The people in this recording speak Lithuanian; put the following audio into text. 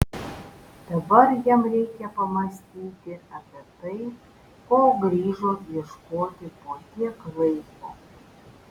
dabar jam reikia pamąstyti apie tai ko grįžo ieškoti po tiek laiko